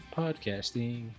podcasting